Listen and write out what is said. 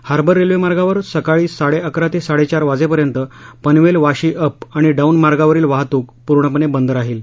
harbour रेल्वेमार्गावर सकाळी साडेअकरा ते साडेचार वाजेपर्यंत पनवेल वाशी अप आणि डाऊन मार्गावरील वाहतुक पूर्णपणे बंद राहील